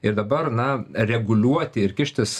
ir dabar na reguliuoti ir kištis